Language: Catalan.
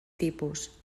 tipus